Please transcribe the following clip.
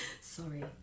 Sorry